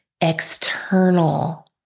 external